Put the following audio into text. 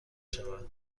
شود